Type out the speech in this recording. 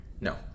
No